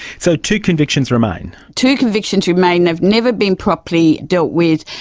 so two convictions remain. two convictions remain, they've never been properly dealt with,